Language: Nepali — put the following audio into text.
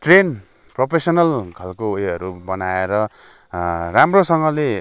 ट्रेन्ड प्रोफेसनल खालको उयोहरू बनाएर राम्रोसँगले